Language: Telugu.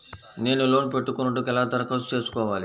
నేను లోన్ పెట్టుకొనుటకు ఎలా దరఖాస్తు చేసుకోవాలి?